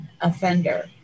offender